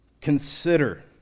Consider